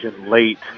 late